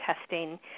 testing